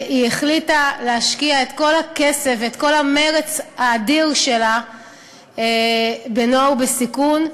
היא החליטה להשקיע את כל הכסף ואת כל המרץ האדיר שלה בנוער בסיכון.